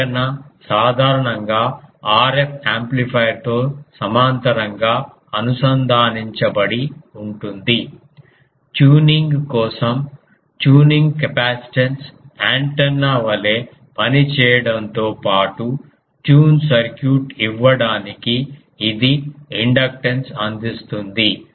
antenna సాధారణంగా RF యాంప్లిఫైయర్తో సమాంతరం గా అనుసంధానించబడి ఉంటుంది ట్యూనింగ్ కోసం ట్యూనింగ్ కెపాసిటెన్స్ యాంటెన్నా వలె పనిచేయడంతో పాటు ట్యూన్ సర్క్యూట్ ఇవ్వడానికి ఇది ఇండక్టెన్స్ను అందిస్తుంది